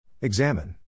Examine